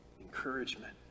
encouragement